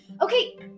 Okay